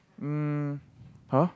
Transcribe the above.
um !huh!